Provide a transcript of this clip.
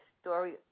story